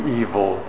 evil